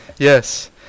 Yes